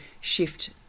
shift